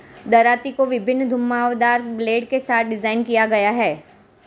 दरांती को विभिन्न घुमावदार ब्लेड के साथ डिज़ाइन किया गया है